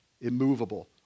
immovable